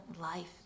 life